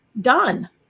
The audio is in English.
done